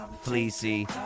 Fleecy